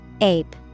Ape